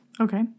Okay